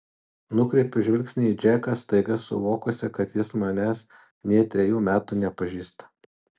nukreipiu žvilgsnį į džeką staiga suvokusi kad jis manęs nė trejų metų nepažįsta